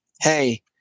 hey